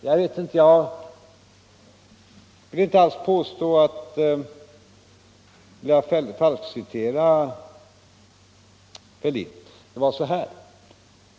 Jag vill inte påstå att jag falskceiterar herr Fälldin. Det var så här.